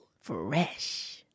Fresh